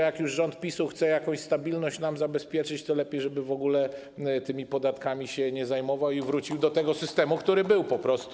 Jak już rząd PiS-u chce jakąś stabilność nam zabezpieczyć, to lepiej, żeby w ogóle tymi podatkami się nie zajmował i wrócił do tego systemu, który był po prostu.